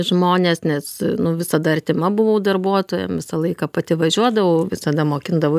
žmones nes visada artima buvau darbuotojam visą laiką pati važiuodavau visada mokindavau